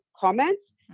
comments